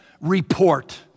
report